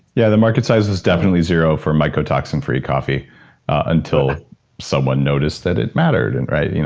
yeah. the market size is definitely zero for mycotoxin free coffee until someone noticed that it mattered, and you know,